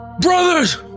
brothers